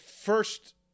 first